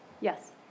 Yes